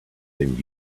then